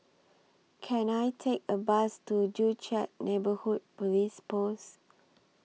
Can I Take A Bus to Joo Chiat Neighbourhood Police Post